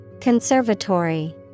Conservatory